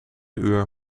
uur